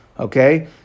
Okay